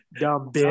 Dumb